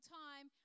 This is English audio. time